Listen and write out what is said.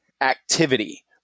activity